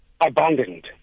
abandoned